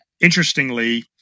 Interestingly